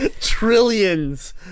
Trillions